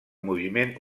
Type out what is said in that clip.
moviment